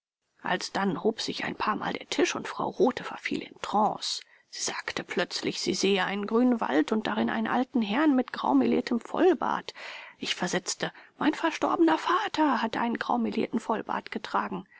alsdann hob sich ein paarmal der tisch und frau rothe verfiel in trance sie sagte plötzlich sie sehe einen grünen wald und darin einen alten herrn mit graumeliertem vollbart ich versetzte mein verstorbener vater hat einen graumelierten vollbart getragen